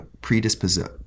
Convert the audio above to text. predisposed